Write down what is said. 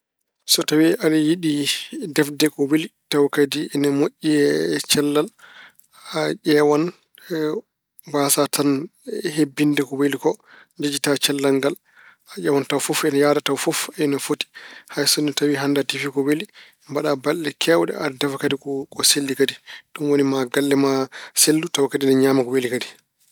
So tawi aɗa yiɗi defde ko weli taw kadi ina moƴƴi e cellal, a ƴeewan mbasaa tan hebbinde ko weli ko, njejjita cellal ngal. A ƴeewan taw ina yahda, tawa fof, ina foti. Hay sinno tawi hannde a defi ko weli, mbaɗa balɗe keewɗe aɗa ndefa kadi ko selli kadi. Ɗum woni maa galle ma sellu tawa kadi ina ñaama ko weli kadi.